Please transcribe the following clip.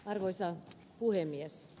arvoisa puhemies